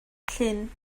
llyn